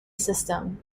system